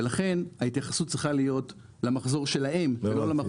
ולכן ההתייחסות צריכה להיות למחזור שלהם ולא למחזור --- הבנתי,